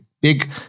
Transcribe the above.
big